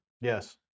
yes